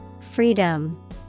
Freedom